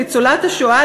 ניצולת השואה,